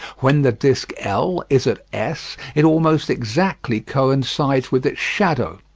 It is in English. when the disc l is at s, it almost exactly coincides with its shadow.